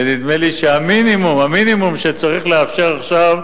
ונדמה לי שהמינימום שצריך לאפשר עכשיו,